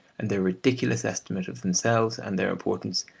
and their ridiculous estimate of themselves and their importance,